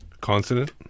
Consonant